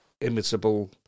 imitable